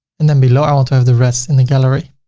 and then below, i want to have the rest in the gallery.